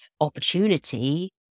opportunity